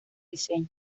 diseño